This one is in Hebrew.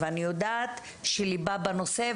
ואני יודעת שליבה בנושא,